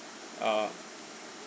uh